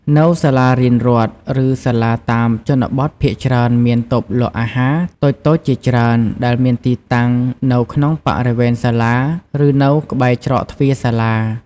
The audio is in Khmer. នៅសាលារៀនរដ្ឋ ឬសាលាតាមជនបទភាគច្រើនមាន តូបលក់អាហារ តូចៗជាច្រើន ដែលមានទីតាំងនៅក្នុងបរិវេណសាលា ឬនៅក្បែរច្រកទ្វារសាលា។